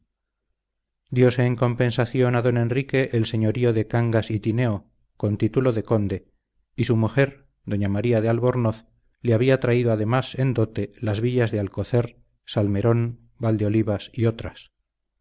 diose en compensación a don enrique el señorío de cangas y tineo con título de conde y su mujer doña maría de albornoz le había traído además en dote las villas de alcocer salmerón valdeolivas y otras